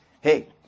Hey